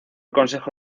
consejo